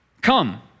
Come